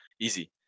Easy